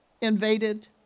invaded